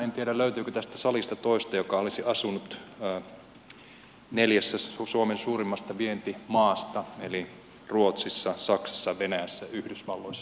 en tiedä löytyykö tästä salista toista joka olisi asunut neljässä suomen suurimmista vientimaista eli ruotsissa saksassa venäjällä yhdysvalloissa